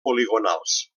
poligonals